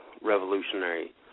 Revolutionary